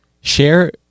share